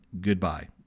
goodbye